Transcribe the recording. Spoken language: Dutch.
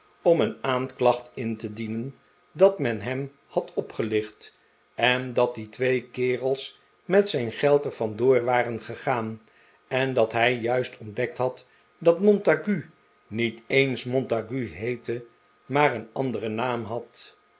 om een aanklacht in te dienen dat men hem had opgelicht en dat die twee kerels met zijn geld er vandoor waren gegaan en dat hij juist ontdekt had dat montague niet eens montague heette maar een anderen naam had